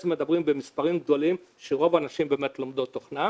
בעצם לבנות איזה שהיא תכנית שתעלה אותן שלב.